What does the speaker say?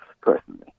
personally